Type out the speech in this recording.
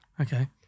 Okay